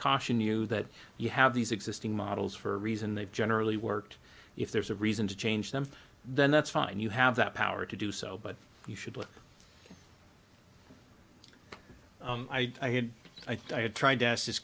caution you that you have these existing models for a reason they've generally worked if there's a reason to change them then that's fine you have that power to do so but you should look i had i thought i had tried to ask this